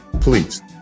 please